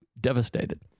devastated